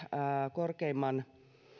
korkeimman